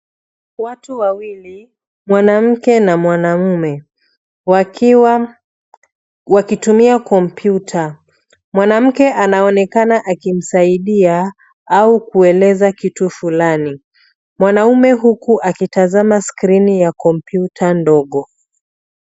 Watu wawili, mwanamke na mwanaume, wakiwa, wakitumia kompyuta. mwanamke anaonekana akimsaidia au kueleza kitu fulani mwanamume huku akitazama screen ya kompyuta ndogo.